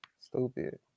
Stupid